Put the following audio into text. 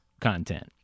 content